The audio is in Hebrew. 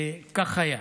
וכך היה.